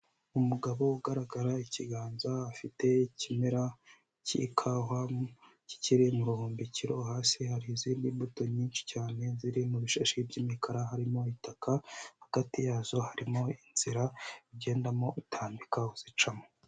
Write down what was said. Umugabo ugaragara ikiganza afite ikimera cy'ikawa kikiri mu ruhumbikiro hasi hari izindi mbuto nyinshi cyane ziri mu bishashi by'imikara harimo itaka, hagati yazo harimo inzira igendamo utambika uzicamo.